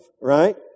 right